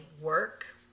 work